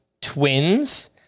twins